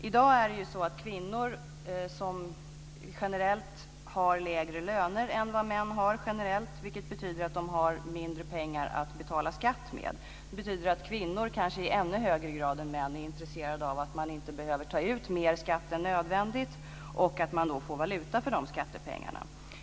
I dag är det ju så att kvinnor generellt har lägre löner än vad män har, vilket betyder att de har mindre pengar att betala skatt med. Det betyder att kvinnor kanske i ännu högre grad än män är intresserade av att man inte behöver ta ut mer skatt än nödvändigt och att man får valuta för skattepengarna.